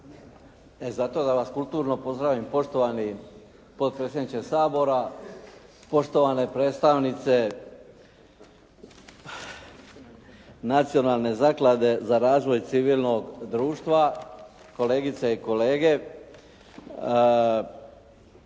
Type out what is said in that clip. zato da vas kulturno pozdravim poštovani potpredsjedniče Sabora, poštovane predstavnice Nacionalne zaklade za razvoj civilnog društva, kolegice i kolege.